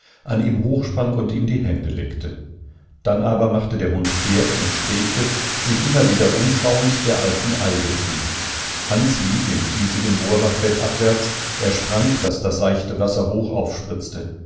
an ihm hochsprang und ihm die hände leckte dann aber machte der hund kehrt und strebte sich immer wieder umschauend der alten eibe zu hans lief im kiesigen moorbachbett abwärts er sprang daß das seichte wasser hoch aufspritzte